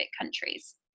countries